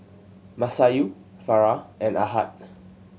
Masayu Farah and Ahad